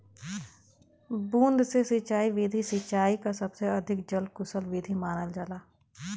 बूंद से सिंचाई विधि सिंचाई क सबसे अधिक जल कुसल विधि मानल जाला